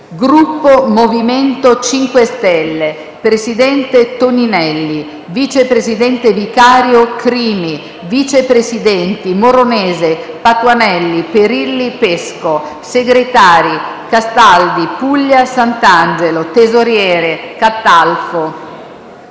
Gruppo MoVimento 5 Stelle Presidente: Toninelli Vice Presidente vicario: Crimi Vice Presidenti: Moronese, Patuanelli, Perilli, Pesco Segretari: Castaldi, Puglia, Santangelo Tesoriere: Catalfo